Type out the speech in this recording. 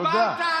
תודה.